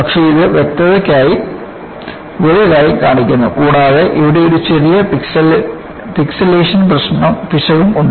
പക്ഷേ ഇത് വ്യക്തതയ്ക്കായി വലുതായി കാണിക്കുന്നു കൂടാതെ ഇവിടെ ഒരു ചെറിയ പിക്സിലേഷൻ പിശകും ഉണ്ട്